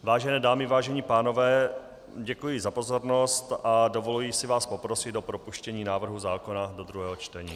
Vážené dámy, vážení pánové, děkuji za pozornost a dovoluji si vás poprosit o propuštění návrhu zákona do druhého čtení.